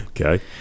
Okay